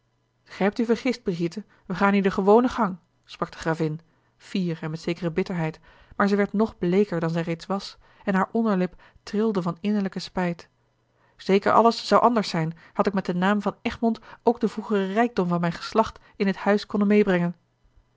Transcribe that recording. gij hebt u vergist brigitte wij gaan hier den gewonen gang sprak de gravin fier en met zekere bitterheid maar zij werd nog bleeker dan zij reeds was en haar onderlip trilde van innerlijken spijt zeker alles zou anders zijn had ik met den naam van egmond ook den vroegeren rijkdom van mijn geslacht in dit huis konnen meêbrengen